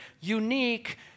unique